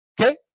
Okay